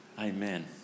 amen